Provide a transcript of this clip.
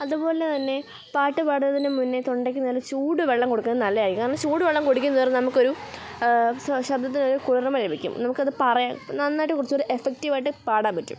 അതുപോലെ തന്നെ പാട്ടു പാടുന്നതിനു മുൻപേ തൊണ്ടക്കു നല്ല ചൂടു വെള്ളം കൊടുക്കുന്നതു നല്ലതായിരിക്കും കാരണം ചൂടു വെള്ളം കുടിക്കുന്തോറും നമുക്കൊരു ശബ്ദത്തിനൊരു കുളിർമ ലഭിക്കും നമുക്കതു പറയാം നന്നായിട്ട് കുറച്ചു കൂടി എഫക്റ്റീവായിട്ട് പാടാൻ പറ്റും